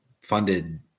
funded